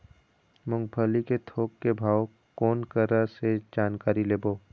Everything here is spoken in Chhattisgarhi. मूंगफली के थोक के भाव कोन करा से जानकारी लेबो?